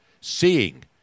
seeing